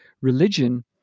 Religion